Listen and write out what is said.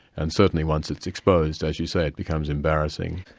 and certainly once it's exposed, as you say, it becomes embarrassing.